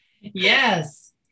Yes